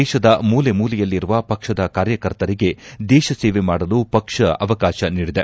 ದೇಶದ ಮೂಲೆ ಮೂಲೆಯಲ್ಲಿರುವ ಪಕ್ಷದ ಕಾರ್ಯಕರ್ತರಿಗೆ ದೇಶ ಸೇವೆ ಮಾಡಲು ಪಕ್ಷ ಅವಕಾಶ ನೀಡಿದೆ